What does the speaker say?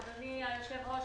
אדוני היושב-ראש,